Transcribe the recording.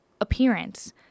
appearance